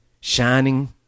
shining